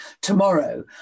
tomorrow